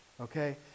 Okay